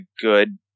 good